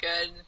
good